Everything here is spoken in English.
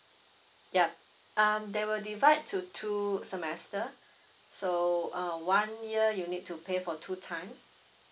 yup um they will divide to two semester so err one year you need to pay for two time